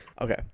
Okay